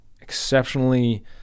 exceptionally